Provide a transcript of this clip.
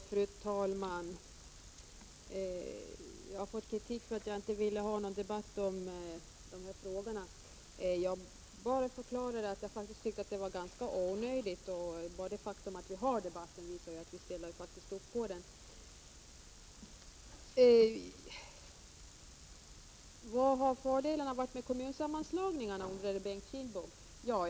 Fru talman! Jag har fått kritik för att jag inte vill ha någon debatt i de här frågorna. Jag bara förklarade att jag faktiskt tycker att det är ganska onödigt, men enbart det faktum att vi ändå har den här debatten visar ju att vi ställer upp på det! Bengt Kindbom undrade vilka fördelarna med kommunsammanslagningarna har varit.